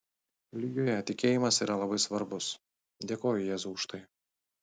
ligoje tikėjimas yra labai svarbus dėkoju jėzui už tai